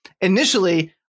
initially